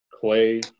Clay